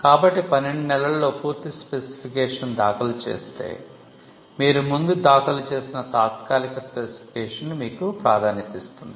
కాబట్టి 12 నెలల్లో పూర్తి స్పెసిఫికేషన్ను దాఖలు చేస్తే మీరు ముందు దాఖలు చేసిన తాత్కాలిక స్పెసిఫికేషన్ మీకు ప్రాధాన్యతనిస్తుంది